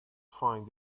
find